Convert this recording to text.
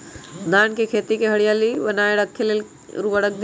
धान के खेती की हरियाली बनाय रख लेल उवर्रक दी?